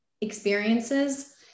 experiences